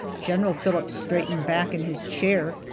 general phillips straightened back in his chair,